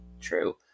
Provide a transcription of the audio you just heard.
true